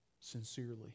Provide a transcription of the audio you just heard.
sincerely